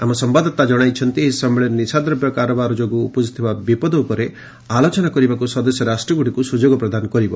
ଆମ ସମ୍ଭାଦଦାତା ଜଣାଇଛନ୍ତି ଏହି ସମ୍ମିଳନୀ ନିଶାଦ୍ରବ୍ୟ ଚୋରାକାରବାର ଯୋଗୁଁ ଉପୁଜ୍ଞଥିବା ବିପଦ ଉପରେ ଆଲୋଚନା କରିବାକୁ ସଦସ୍ୟ ରାଷ୍ଟ୍ରଗୁଡ଼ିକୁ ସୁଯୋଗ ପ୍ରଦାନ କରିବ